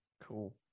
Cool